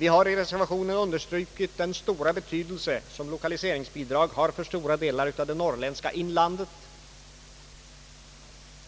Vi har i reservationen understrukit den stora betydelse som lokaliseringsbidrag har för stora delar av det norrländska inlandet